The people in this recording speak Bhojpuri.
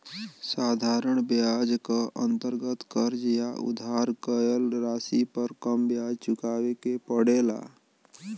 साधारण ब्याज क अंतर्गत कर्ज या उधार गयल राशि पर कम ब्याज चुकावे के पड़ेला